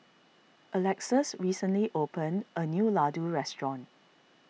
Alexus recently opened a new Ladoo restaurant